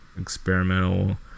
experimental